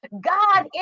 God